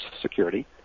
security